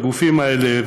הגופים האלה,